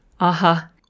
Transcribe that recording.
Aha